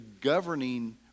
governing